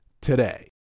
today